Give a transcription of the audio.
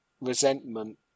resentment